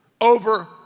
over